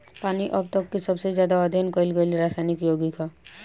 पानी अब तक के सबसे ज्यादा अध्ययन कईल गईल रासायनिक योगिक ह